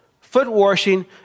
Foot-washing